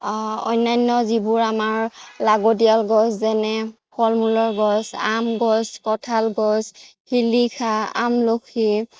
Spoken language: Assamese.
অন্যান্য যিবোৰ আমাৰ লাগতীয়াল গছ যেনে ফল মূলৰ গছ আম গছ কঠাল গছ শিলিখা আমলখি